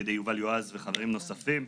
על ידי יובל יועז וחברים נוספים.